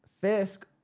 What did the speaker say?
Fisk